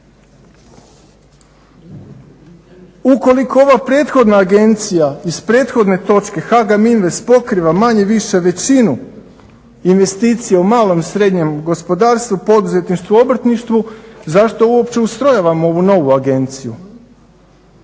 Ukoliko ova prethodna agencija iz prethodne točke HAGAM invest pokriva manje-više većinu investicija u malom i srednjem gospodarstvu, poduzetništvu, obrtništvu zašto uopće ustrojavamo ovu novu agenciju?